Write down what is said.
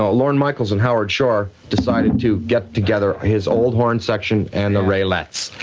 ah lorne micheals and howard shore decided to get together his old horn section and the raelettes.